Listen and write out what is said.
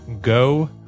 go